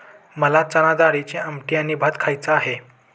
मला चणाडाळीची आमटी आणि भात खायचा आहे